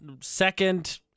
second